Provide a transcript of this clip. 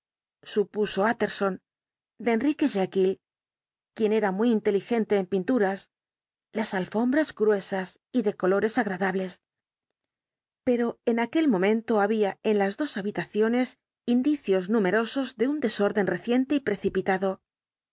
regalo supuso utterson de enrique jekyll quien era muy inteligente en pinturas las alfombras gruesas y de colores agradables pero en aquel momento había en las dos habitaciones indicios numerosos de un desorden reciente y precipitado